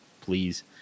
please